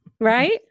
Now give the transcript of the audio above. Right